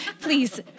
please